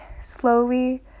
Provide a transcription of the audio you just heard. slowly